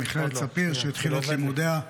למכללת ספיר שהתחילה את לימודיה,